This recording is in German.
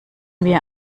wir